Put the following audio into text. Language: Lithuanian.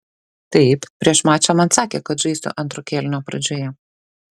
taip prieš mačą man sakė kad žaisiu antro kėlinio pradžioje